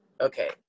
Okay